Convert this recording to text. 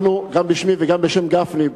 גם בשמי וגם בשם גפני,